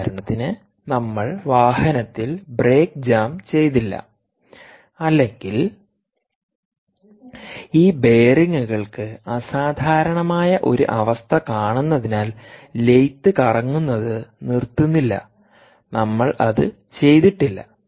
ഉദാഹരണത്തിന് നമ്മൾ വാഹനത്തിൽ ബ്രേക്ക് ജാം ചെയ്തില്ലഅല്ലെങ്കിൽ ഈ ബെയറിംഗുകൾക്ക് അസാധാരണമായ ഒരു അവസ്ഥ കാണുന്നതിനാൽ ലാത്ത് കറങ്ങുന്നത് നിർത്തുന്നില്ല നമ്മൾ അത് ചെയ്തിട്ടില്ല